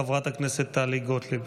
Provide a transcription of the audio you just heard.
חברת הכנסת טלי גוטליב.